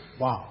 Wow